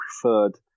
preferred